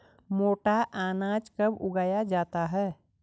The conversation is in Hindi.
मोटा अनाज कब उगाया जाता है?